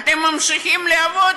אתם ממשיכים לעבוד,